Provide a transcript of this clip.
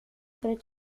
per